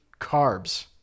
carbs